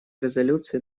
резолюции